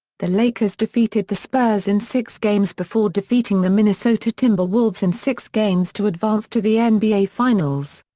the lakers defeated the spurs in six games before defeating the minnesota timberwolves in six games to advance to the and nba finals.